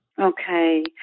Okay